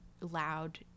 loud